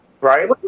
Right